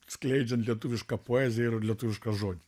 skleidžiant lietuvišką poeziją ir lietuvišką žodį